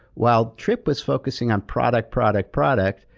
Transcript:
while trippe was focusing on product, product, product,